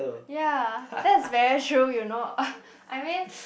ya that's very true you know I mean